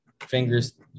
fingers